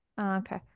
Okay